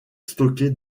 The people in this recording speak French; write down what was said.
stockés